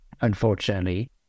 unfortunately